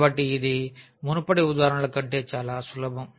కాబట్టి ఇది మునుపటి ఉదాహరణల కంటే చాలా సులభం